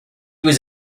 was